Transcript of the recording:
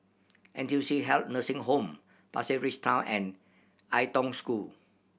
N T U C Health Nursing Home Pasir Ris Town and Ai Tong School